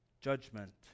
judgment